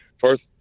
first